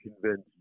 convinced